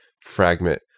fragment